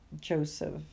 joseph